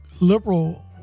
liberal